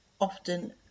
often